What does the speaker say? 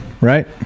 right